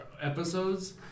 episodes